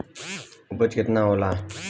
उपज केतना होला?